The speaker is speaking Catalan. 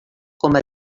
coma